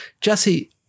Jesse